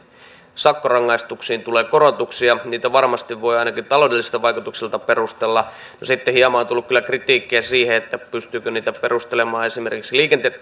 sakkorangaistuksiin tulee korotuksia niitä varmasti voi ainakin taloudellisilla vaikutuksilla perustella no sitten hieman on tullut kyllä kritiikkiä siitä pystyykö niitä perustelemaan esimerkiksi